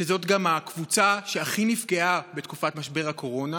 שהם גם הקבוצה שהכי נפגעה בתקופת משבר הקורונה.